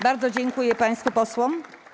Bardzo dziękuję państwu posłom.